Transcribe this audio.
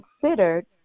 considered